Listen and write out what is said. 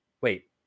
wait